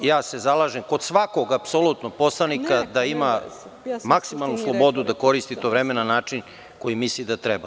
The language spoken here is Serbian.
Ja se zalažem kod svakog, apsolutno, poslanika da ima maksimalnu slobodu da koristi to vreme na način koji misli da treba.